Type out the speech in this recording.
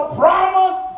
promise